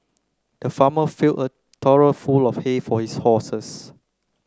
the farmer filled a trough full of hay for his horses